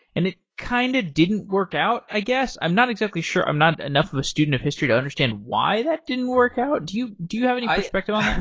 and it kind of didn't work out, i guess. i'm not exactly sure. i'm not enough of a student of history to understand why that didn't work out. do you do you have any perspective on that?